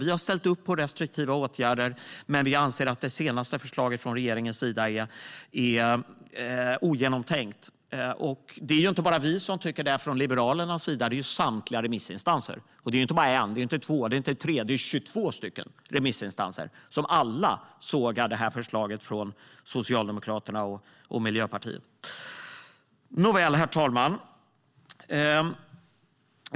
Vi har ställt upp på restriktiva åtgärder, men vi anser att det senaste förslaget från regeringens sida är ogenomtänkt. Det är inte bara vi i Liberalerna som tycker det. Det är samtliga remissinstanser. Det är inte bara en, två eller tre; det är 22 remissinstanser som alla sågar det här förslaget från Socialdemokraterna och Miljöpartiet. Herr talman!